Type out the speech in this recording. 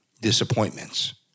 disappointments